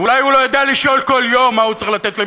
אולי הוא לא יודע לשאול כל יום מה הוא צריך לתת למדינתו,